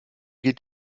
gilt